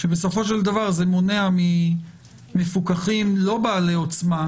שבסופו של דבר זה מונע ממפוקחים לא בעלי עוצמה